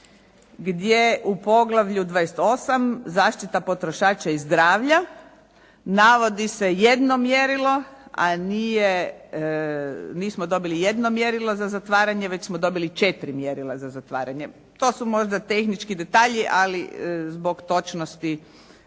gdje u poglavlju 28. – Zaštita potrošača i zdravlja navodi se jedno mjerilo, a nismo dobili jedno mjerilo za zatvaranje, već smo dobili četiri mjerila za zatvaranje. To su možda tehnički detalji, ali zbog točnosti